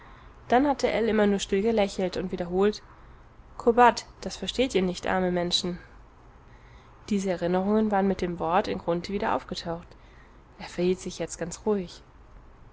dann hatte ell immer nur still gelächelt und wiederholt ko bate das versteht ihr nicht arme menschen diese erinnerungen waren mit dem wort in grunthe wieder aufgetaucht er verhielt sich jetzt ganz ruhig